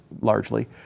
largely